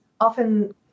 often